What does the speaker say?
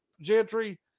Gentry